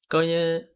kau punya